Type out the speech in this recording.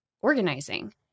organizing